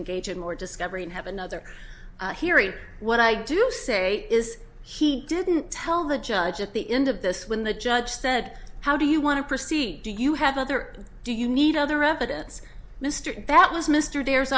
engage in more discovery and have another hearing what i do say is he didn't tell the judge at the end of this when the judge said how do you want to proceed do you have other do you need other evidence mr that was mr dare's